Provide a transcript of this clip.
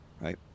right